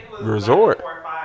resort